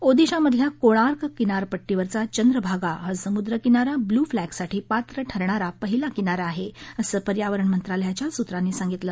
ओदिशामधल्या कोणार्क किनारपट्टीवरचा चंद्रभागा हा समुद्र किनारा ब्ल्यू फ्लॅगसाठी पात्र ठरणारा पहिला किनारा आहे असं पर्यावरण मंत्रालयाच्या सूत्रांनी सांगितलं